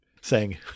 saying-